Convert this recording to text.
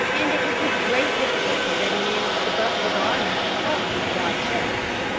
and it was with great difficulty that he managed to button the garment across his broad chest.